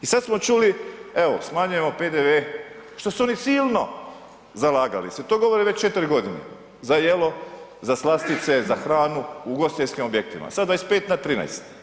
I sada smo čuli, evo smanjujemo PDV što su oni silno zalagali se, to govore već 4 godine, za jelo, za slastice, za hranu u ugostiteljskim objektima sa 25 na 13.